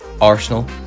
Arsenal